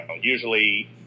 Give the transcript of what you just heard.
usually